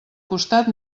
costat